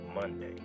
Monday